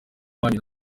nawo